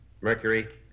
Mercury